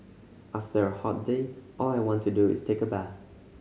after a hot day all I want to do is take a bath